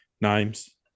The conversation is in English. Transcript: names